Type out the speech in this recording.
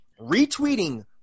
retweeting